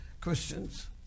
Christians